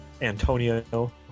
Antonio